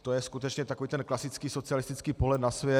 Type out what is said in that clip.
To je skutečně takový ten klasický socialistický pohled na svět.